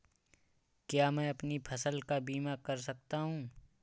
क्या मैं अपनी फसल का बीमा कर सकता हूँ?